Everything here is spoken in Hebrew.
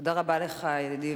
תודה רבה לך, ידידי